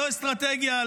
לא אסטרטגיה,